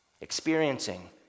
experiencing